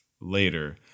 later